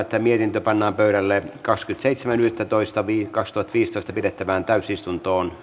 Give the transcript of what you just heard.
että mietintö pannaan pöydälle kahdeskymmenesseitsemäs yhdettätoista kaksituhattaviisitoista pidettävään täysistuntoon